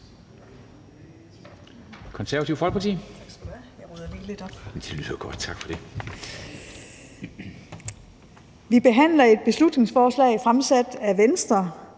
Vi behandler et beslutningsforslag fremsat af Venstre,